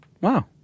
Wow